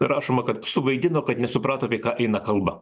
rašoma kad suvaidino kad nesuprato ką eina kalba